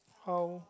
how